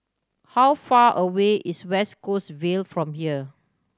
how far away is West Coast Vale from here